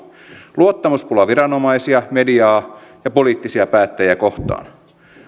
luottamuspula viranomaisia mediaa ja poliittisia päättäjiä kohtaan